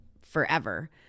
forever